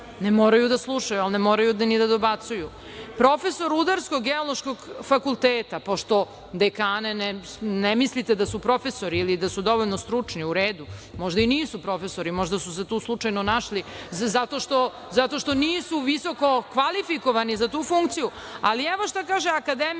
ne moraju da slušaju, ali ne moraju ni da dobacuju. Profesor Rudarsko-geološkog fakulteta, pošto za dekane ne mislite da su profesori ili da su dovoljno stručni, u redu, možda i nisu profesori, možda su se tu slučajno našli zato što nisu visokokvalifikovani za tu funkciju, ali evo šta kaže akademik